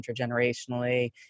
intergenerationally